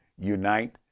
unite